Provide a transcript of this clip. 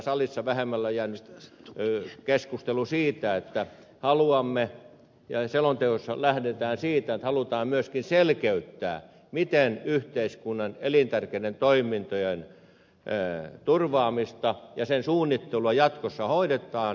salissa vähemmälle on jäänyt keskustelu siitä että selonteoissa lähdetään siitä että halutaan myöskin selkeyttää miten yhteiskunnan elintärkeiden toimintojen turvaamista ja sen suunnittelua jatkossa hoidetaan